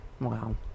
Wow